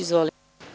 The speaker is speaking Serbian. Izvolite.